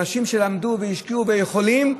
אנשים שלמדו והשקיעו ויכולים,